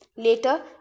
Later